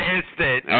Instant